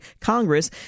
Congress